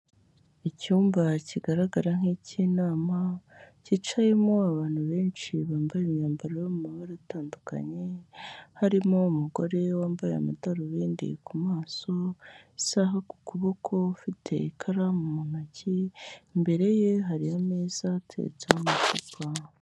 Icyumba kigaragara nk'icy'inama, cyicayemo abantu benshi bambaye imyambaro yo mu mabara atandukanye, harimo umugore wambaye amadarubindi ku maso, isaha ku kuboko ufite ikaramu mu ntoki, imbere ye hari ameza ateretseho amacupa.